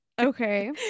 okay